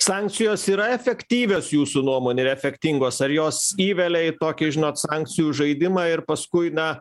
sankcijos yra efektyvios jūsų nuomone ir efektingos ar jos įvelia į tokį žinot sankcijų žaidimą ir paskui na